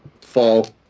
fall